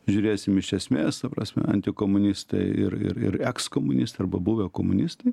žiūrėsim iš esmės ta prasme antikomunistai ir ir ir ekskomunistai arba buvę komunistai